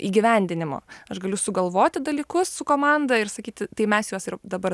įgyvendinimo aš galiu sugalvoti dalykus su komanda ir sakyti tai mes juos ir dabar